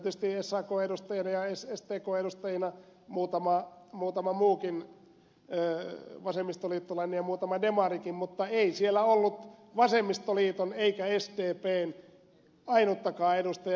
oli siellä tietysti sakn edustajina ja stkn edustajina muutama muukin vasemmistoliittolainen ja muutama demarikin mutta ei siellä ollut ainuttakaan vasemmistoliiton eikä sdpn edustajaa